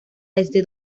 desde